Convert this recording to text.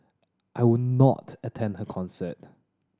I would not attend her concert